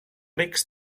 rics